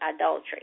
adultery